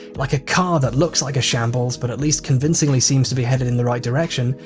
like a car that looks like a shambles, but at least convincingly seems to be headed in the right direction.